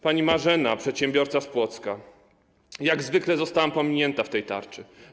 Pani Marzena, przedsiębiorca z Płocka: Jak zwykle zostałam pominięta w tej tarczy.